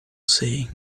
sei